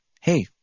hey